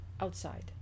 outside